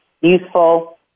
useful